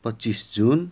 पच्चिस जुन